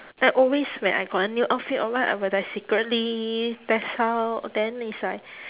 then always when I got a new outfit online I would like secretly test out then is like